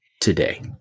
today